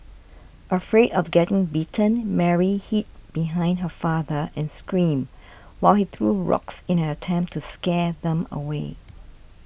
afraid of getting bitten Mary hid behind her father and screamed while he threw rocks in an attempt to scare them away